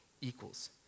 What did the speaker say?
equals